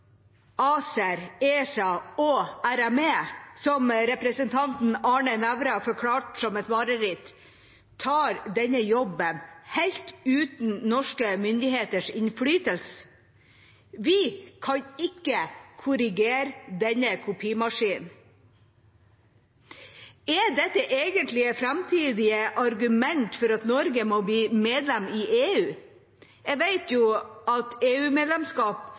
ACER, ESA og RME, som representanten Arne Nævra forklarte som et mareritt, tar denne jobben helt uten norske myndigheters innflytelse – vi kan ikke korrigere denne kopimaskinen. Er dette egentlig framtidige argument for at Norge må bli medlem i EU? Jeg vet at